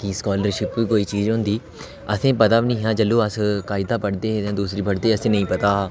कि स्कालरशिप कोई चीज होंदी असेंगी पता बी नेईं हा जैह्लूं अस कायदा पढ़दे हे जां दूसरी पढ़दे हे असेंगी नेईं पता हा